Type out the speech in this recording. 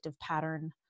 pattern